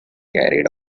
carried